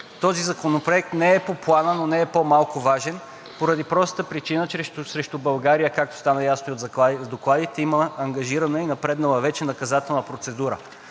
на престъпления, не е по плана, но не е по-малко важен поради простата причина, че срещу България, както стана ясно и в докладите, има ангажирана и напреднала вече наказателна процедура.